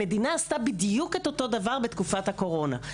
המדינה עשתה בדיוק את אותו דבר בתקופת הקורונה.